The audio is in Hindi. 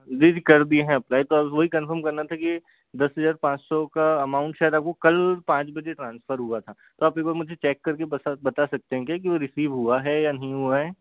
जी जी कर दिए हैं अप्लाई तो आप वही कन्फर्म करना था कि दस हजार पाँच सौ का अमाउंट शायद आपको कल पाँच बजे ट्रांसफर हुआ था तो आप एक बार मुझे चेक करके बसा बता सकते है कि वो रिसीव हुआ है या नहीं हुआ है